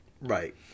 Right